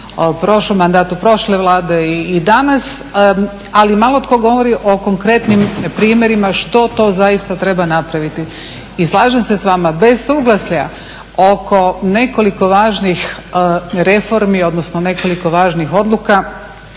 o prošlom mandatu prošle Vlade i danas. Ali malo tko govori o konkretnim primjerima što to zaista treba napraviti. I slažem se s vama, bez suglasja oko nekoliko važnih reformi, odnosno nekoliko važnih odluka